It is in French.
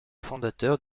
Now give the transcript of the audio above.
fondateur